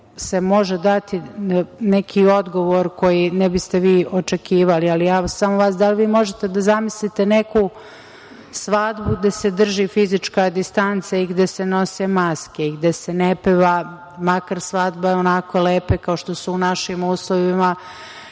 može dati neki odgovor koji ne biste vi očekivali. Da li vi možete da zamislite neku svadbu gde se drži fizička distanca, gde se nose maske i gde se ne peva? Makar svadbe onako lepe kao što su u našim uslovima